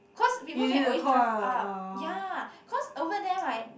cause people can always drive up yeah cause over there right